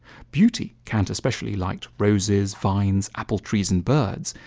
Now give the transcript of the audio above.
beauty, kant especially liked roses, vines, apple trees and birds,